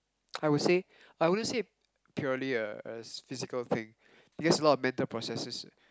I would say I wouldn't say purely a a physical thing it has a lot of mental processes